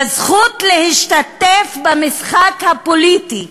בזכות להשתתף במשחק הפוליטי,